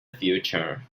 future